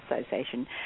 association